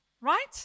right